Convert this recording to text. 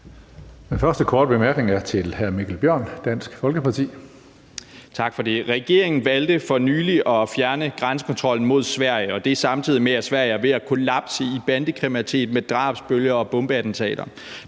Den første korte bemærkning er til hr. Mikkel Bjørn, Dansk Folkeparti. Kl. 16:58 Mikkel Bjørn (DF): Tak for det. Regeringen valgte for nylig at fjerne grænsekontrollen mod Sverige, og det er, samtidig med at Sverige er ved at kollapse i bandekriminalitet med drabsbølger og bombeattentater.